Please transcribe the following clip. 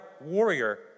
warrior